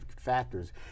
factors